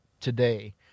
today